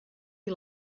you